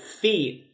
feet